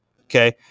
Okay